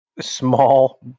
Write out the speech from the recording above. small